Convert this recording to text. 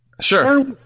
Sure